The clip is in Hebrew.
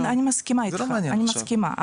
אני מסכימה איתך.